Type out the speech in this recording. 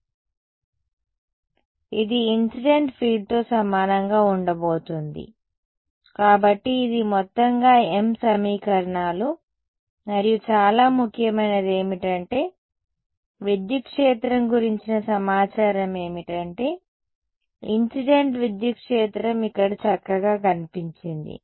ఈ వ్యక్తి ఇన్సిడెంట్ ఫీల్డ్తో సమానంగా ఉండబోతోంది కాబట్టి ఇది మొత్తంగా m సమీకరణాలు మరియు చాలా ముఖ్యమైనది ఏమిటంటే విద్యుత్ క్షేత్రం గురించిన సమాచారం ఏమిటంటే ఇన్సిడెంట్ విద్యుత్ క్షేత్రం ఇక్కడ చక్కగా కనిపించింది